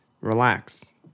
relax